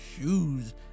shoes